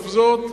אף זאת,